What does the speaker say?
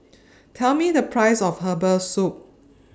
Tell Me The Price of Herbal Soup